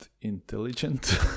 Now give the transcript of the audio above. intelligent